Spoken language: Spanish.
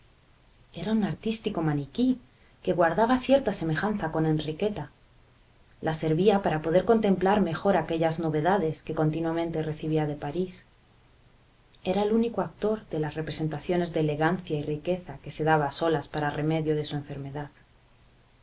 era un artístico maniquí que guardaba cierta semejanza con enriqueta la servía para poder contemplar mejor aquellas novedades que continuamente recibía de parís era el único actor de las representaciones de elegancia y riqueza que se daba a solas para remedio de su enfermedad